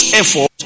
effort